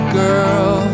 girl